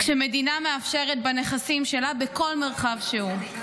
כשמדינה מאפשרת בנכסים שלה בכל מרחב שהוא.